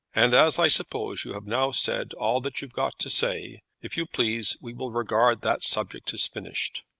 and as i suppose you have now said all that you've got to say, if you please we will regard that subject as finished.